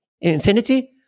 infinity